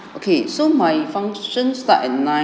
okay so my function start at nine